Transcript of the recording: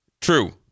True